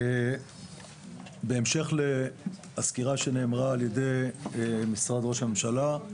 בהמשך לסקירה שנאמרה על ידי משרד ראש הממשלה,